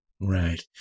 Right